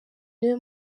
niwe